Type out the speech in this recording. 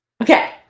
Okay